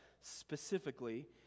specifically